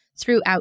throughout